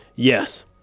Yes